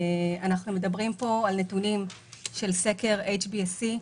אנחנו מדברים פה על נתונים של סקר HBSC,